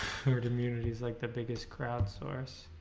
herd immunity is like the biggest crowdsource